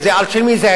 אז של מי זה היה?